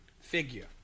figure